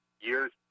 Years